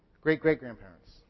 Great-great-grandparents